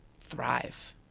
thrive